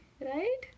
right